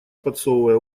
подсовывая